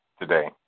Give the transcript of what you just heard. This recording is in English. today